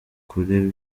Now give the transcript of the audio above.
kure